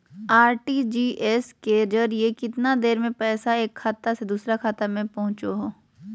RTGS के जरिए कितना देर में पैसा एक खाता से दुसर खाता में पहुचो है?